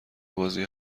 بازی